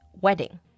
wedding